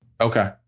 Okay